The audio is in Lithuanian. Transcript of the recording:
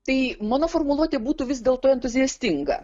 tai mano formuluotė būtų vis dėlto entuziastinga